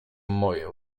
moje